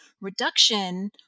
Reduction